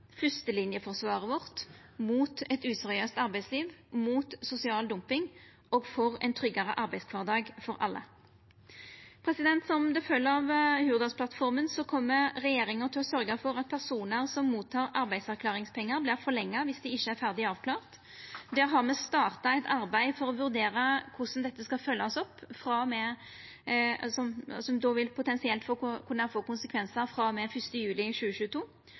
vårt mot eit useriøst arbeidsliv, mot sosial dumping og for ein tryggare arbeidskvardag for alle. Som det følgjer av Hurdalsplattforma, kjem regjeringa til å sørgja for at perioden til personar som får arbeidsavklaringspengar, vert forlengd viss dei ikkje er ferdig avklarte. Der har me starta eit arbeid for å vurdera korleis dette skal følgjast opp, og det vil potensielt kunna få konsekvensar frå og med 1. juli 2022.